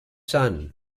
son